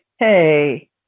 Hey